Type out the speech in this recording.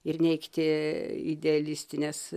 ir neigti idealistines